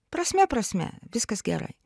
prasmė prasmė viskas gerai